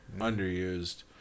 Underused